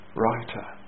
writer